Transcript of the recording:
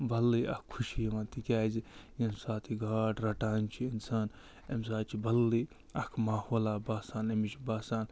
بدلٕے اَکھ خوشی یِوان تِکیٛازِ ییٚمہِ ساتہٕ یہِ گاڈ رٹان چھِ اِنسان اَمہِ ساتہٕ چھِ بدلٕے اَکھ ماحولا باسان أمِس چھِ باسان